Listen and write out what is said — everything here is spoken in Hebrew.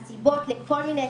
הסיבות לכל מיני התנהגויות,